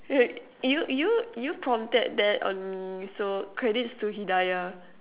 you you you prompted that on so credits to hidaya